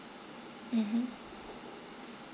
mmhmm